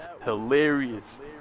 hilarious